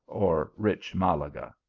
or rich malaga.